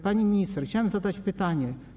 Pani minister, chciałem zadać pytanie.